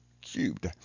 cubed